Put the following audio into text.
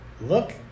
Look